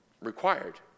required